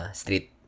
street